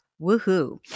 Woohoo